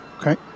Okay